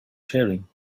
sharing